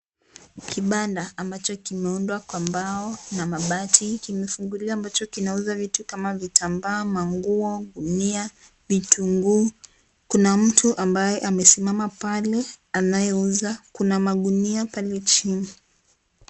Kibanda ambacho kimeundwa kwa mbao na mabati, kimefungulia ambacho kinauza vitu kama vitambaa, manguo ,gunia ,vitunguu kuna mtu ambaye amesimama pale anayeuza kuna magunia pale chini.